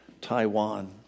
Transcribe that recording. Taiwan